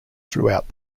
throughout